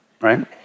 right